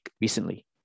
recently